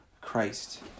Christ